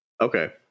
Okay